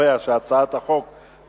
אני קובע שהצעת חוק פ/1074,